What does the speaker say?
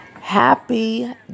happy